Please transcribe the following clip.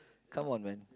come on man